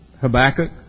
Habakkuk